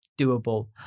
doable